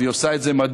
והיא עושה את זה מדהים.